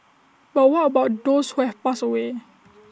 but what about those who have passed away